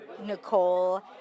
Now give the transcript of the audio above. Nicole